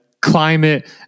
climate